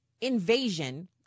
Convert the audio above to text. invasion